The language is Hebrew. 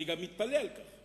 אני גם מתפלא על כך,